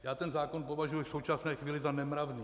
Já ten zákon považuji v současné chvíli za nemravný.